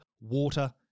water